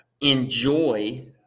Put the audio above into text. enjoy